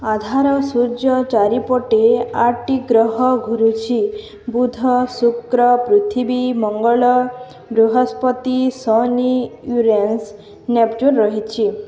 ଆଧାର ସୂର୍ଯ୍ୟ ଚାରିପଟେ ଆଠଟି ଗ୍ରହ ଘରୁଛି ବୁଧ ଶୁକ୍ର ପୃଥିବୀ ମଙ୍ଗଳ ଗୃହସ୍ପତି ସନି ୟୁରେନ୍ସ ନେପଚୁନ୍ ରହିଛି